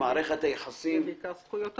בעיקר בזכויות הביטול.